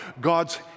God's